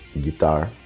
guitar